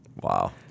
Wow